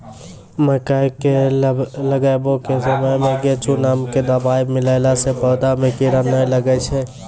मकई के लगाबै के समय मे गोचु नाम के दवाई मिलैला से पौधा मे कीड़ा नैय लागै छै?